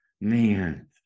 Man